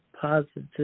positive